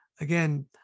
again